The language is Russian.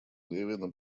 левина